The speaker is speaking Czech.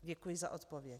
Děkuji za odpověď.